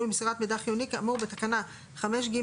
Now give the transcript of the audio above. למסירת מידע חיוני כאמור בתקנה 5(ג),